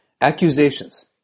accusations